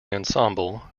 ensemble